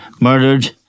murdered